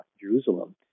Jerusalem